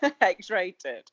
x-rated